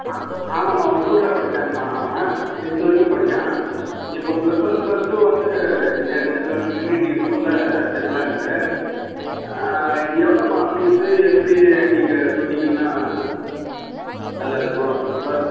அ ஆமாம்மா ஒசூரில் படிச்சாங்கமா அவன் டென்த்து வரைக்கும் படிச்சான் இப்போ ப்ளஸ் ஒன் ப்ளஸ் டூ வந்து இங்கே சேர்த்துலானு ட்ரினிட்டிவ் ஸ்கூலில் சேர்த்துலான்ட்டு எவ்வளோமா ஃபீஸு எப்படி நீங்கள் சொன்னிங்கன்னா நல்லாருக்கும் பஸ்